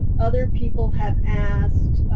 other people have asked,